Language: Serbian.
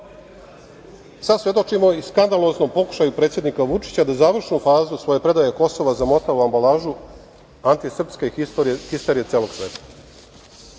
Sada svedočimo i skandaloznom pokušaju predsednika Vučića da završnu fazu svoje predaje Kosova zamota u ambalažu antisrpske histerije celog sveta. Na